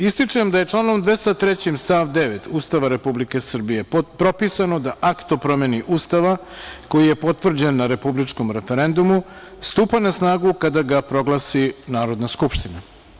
Ističem da je članom 203. stav 9. Ustava Republike Srbije propisano da Akt o promeni Ustava, koji je potvrđen na republičkom referendumu, stupa na snagu kada ga proglasi Narodna skupština.